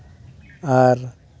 ᱟᱨ